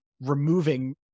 removing